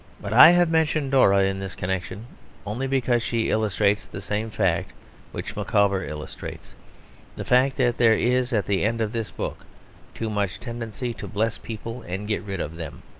but i have mentioned dora in this connection only because she illustrates the same fact which micawber illustrates the fact that there is at the end of this book too much tendency to bless people and get rid of them.